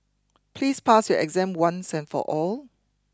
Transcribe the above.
please pass your exam once and for all